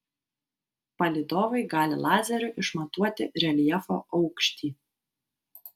palydovai gali lazeriu išmatuoti reljefo aukštį